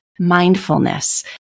Mindfulness